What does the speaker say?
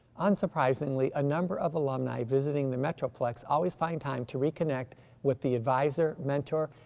on surprisingly, a number of alumni visiting the metroplex always find time to reconnect with the advisor, mentor,